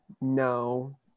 No